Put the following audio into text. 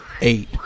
eight